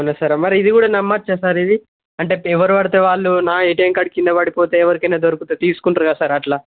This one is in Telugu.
అవునా సార్ మరి ఇది కూడా నమ్మొచ్చా సార్ ఇది అంటే ఎవరు పెడితే వాళ్ళు నా ఏటీఎం కార్డు కింద పడిపోతే ఎవరికైనా దొరికితే తీసుకుంటారు కదా సార్ అట్లా